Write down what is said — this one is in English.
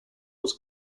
was